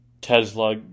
Tesla